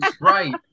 Right